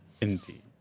Indeed